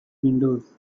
windows